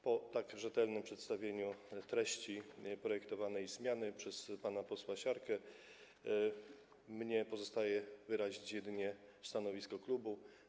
Po tak rzetelnym przedstawieniu treści projektowanej zmiany przez pana posła Siarkę mnie pozostaje wyrazić jedynie stanowisko klubu.